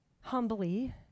humbly